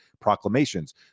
proclamations